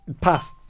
Pass